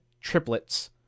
triplets